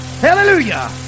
Hallelujah